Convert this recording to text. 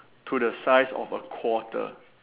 to the size of a quarter